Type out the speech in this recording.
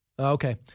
Okay